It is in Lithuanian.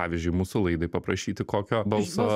pavyzdžiui mūsų laidai paprašyti kokio balso